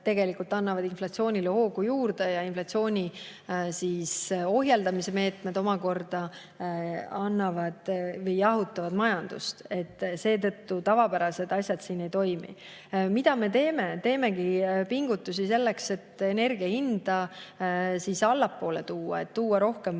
tegelikult annavad inflatsioonile hoogu juurde ja inflatsiooni ohjeldamise meetmed omakorda jahutavad majandust. Seetõttu tavapärased asjad siin ei toimi. Mida me teeme? Teemegi pingutusi selleks, et energia hinda allapoole tuua, et tuua rohkem pakkumist